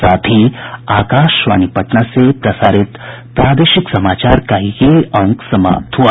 इसके साथ ही आकाशवाणी पटना से प्रसारित प्रादेशिक समाचार का ये अंक समाप्त हुआ